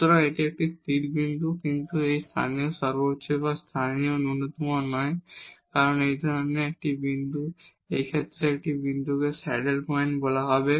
সুতরাং এটি একটি স্থির বিন্দু কিন্তু এটি একটি লোকাল ম্যাক্সিমা এবং লোকাল মিনিমা নয় এবং এই ধরনের একটি বিন্দু এই ধরনের একটি বিন্দুকে স্যাডল পয়েন্ট বলা হবে